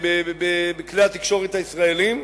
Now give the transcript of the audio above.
בכלי התקשורת הישראליים,